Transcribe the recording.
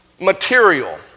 material